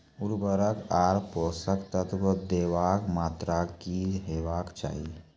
उर्वरक आर पोसक तत्व देवाक मात्राकी हेवाक चाही?